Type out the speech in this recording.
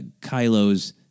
Kylo's